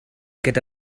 gyda